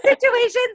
situations